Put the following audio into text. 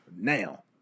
Now